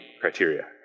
criteria